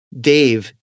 Dave